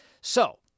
So-